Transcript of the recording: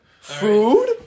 food